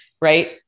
right